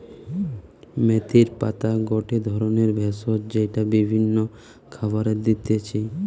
মেথির পাতা গটে ধরণের ভেষজ যেইটা বিভিন্ন খাবারে দিতেছি